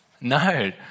No